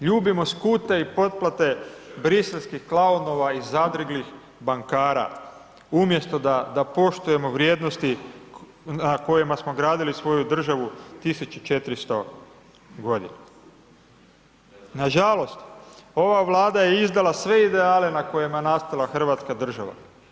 Ljubimo skute i potplate briselskih klaunova i zadriglih bankara umjesto da poštujemo vrijednosti na kojima smo gradili svoju državu 1400.g. Nažalost, ova Vlada je izdala sve ideale na kojima je nastala hrvatska država.